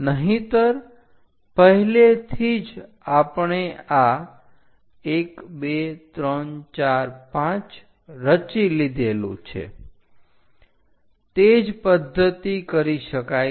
નહિતર પહેલેથી જ આપણે આ 1 2 3 4 5 રચી લીધેલું છે તે જ પદ્ધતિ કરી શકાય છે